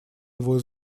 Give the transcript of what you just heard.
его